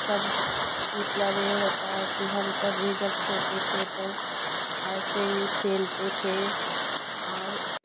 सब मतलब ये होता है कि हम सब भी जब छोटे थे तो ऐसे ही खेलते थे और